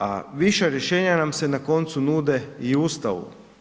A viša rješenja nam se na koncu nude i u Ustavu.